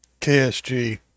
KSG